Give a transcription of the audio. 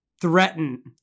threaten